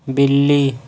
بلی